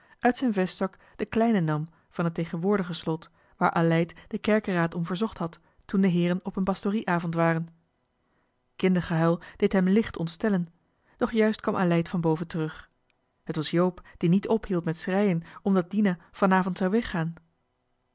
uit zijn vestzak den kleinen nam van het tegenwoordige slot waar aleid den kerkeraad om verzocht had toen de heeren op een pastorie avond waren kindergehuil deed hem licht ontstellen doch juist kwam aleid van boven terug het was joop die niet ophield met schreien omdat dina vanavond zou weggaan